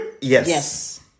Yes